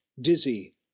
dizzy